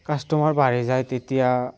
customer বাঢ়ি যায় তেতিয়া